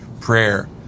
prayer